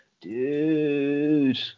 dude